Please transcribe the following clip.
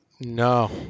no